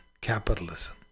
capitalism